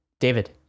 David